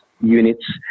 units